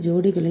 734 metre